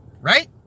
Right